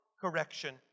correction